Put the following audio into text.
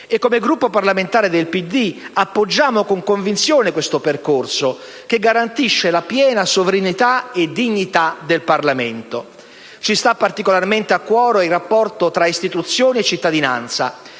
e come Gruppo parlamentare del PD appoggiamo con convinzione questo percorso, che garantisce la piena sovranità e dignità del Parlamento. Ci sta particolarmente a cuore il rapporto tra istituzioni e cittadinanza